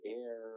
air